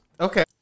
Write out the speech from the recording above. Okay